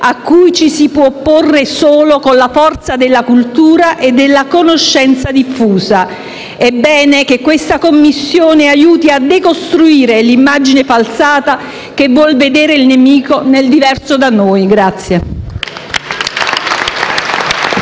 a cui ci si può opporre solo con la forza della cultura e della conoscenza diffusa. È bene che questa Commissione aiuti a decostruire l'immagine falsata che vuol vedere il nemico nel diverso da noi.